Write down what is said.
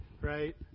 right